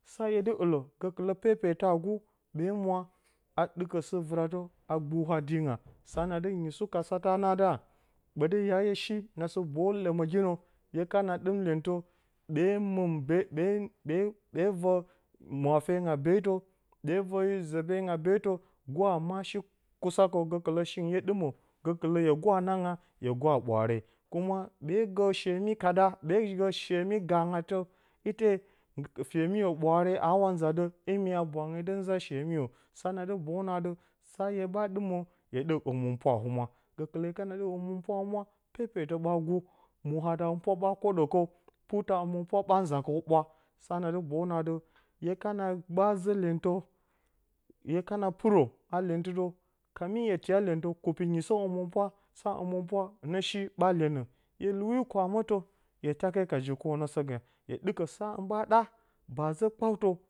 Sa hye dɨ ɨllǝ gǝkɨlǝ pepetǝ a gu, ɓe mwa ɗɨkǝ sǝ-vɨratǝ a gbǝ diinga. Sa na dɨ nyisu katǝ nǝ atɨ, ɓǝtɨ ya hye shi na sɨ boyu lǝmǝginǝ, hye kana ɗɨm lyentǝ, ɓe ɓe ɓe ɓe vǝ mwaafenga beetǝ ɓe vǝ yǝ zǝbǝryinga beetǝ. Gwadǝ ma shi kusa kǝw gǝkɨlǝ shingɨn hye ɗɨmǝ gǝkɨlǝ hye gwa nanga hye gwa ɓwaare. kuma ɓe gǝ hemi kada, ɓe shemi gangratǝ ite shemirǝ ɓwaare aawa nza dǝ. Imi a haa bwaange dɨ nza shemirǝ. sa na dɨ boyu nǝ atɨ. sa hye ɓa ɗɨmǝ, hye ɗɨk dǝ hǝmɨnpwa a humwa. Gǝkɨlǝ hye kana ɗɨk hlumlinpwa a humwa, pepetǝ ɓa gu. moha da hǝmɨnpwa ɓa kwoɗǝ, puruta hǝmɨnpwa ɓa nza kǝw a humwa. Sa na dɨ boyu nǝ atɨ, hye kana ɓa zǝ lyentǝ, hye kana pɨrǝ haa lyentɨ dǝw, kami hye tiya lyentǝ. kupi nyisǝ hǝmɨnpwa, sa hǝmɨnpwa, hɨnǝ shi ɓa lyenǝ. hye luwi kwamǝtǝ, hye take ka ji konasage hye ɗɨkǝ sa hɨn ɓa ɗa ba zǝ kpawtǝ